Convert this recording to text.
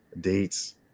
dates